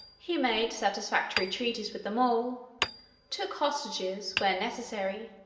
he made satisfactory treaties with them all took hostages, where necessary,